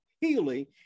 healing